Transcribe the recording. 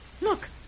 Look